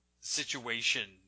situation